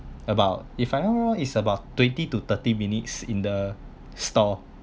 about if I'm not wrong is about twenty to thirty minutes in the store